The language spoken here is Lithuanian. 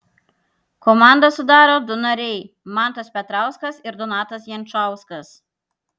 komandą sudaro du nariai mantas petrauskas ir donatas jančauskas